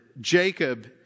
Jacob